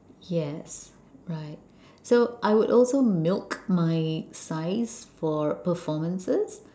yes right so I would also milk my size for performances